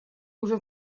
уже